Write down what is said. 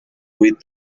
with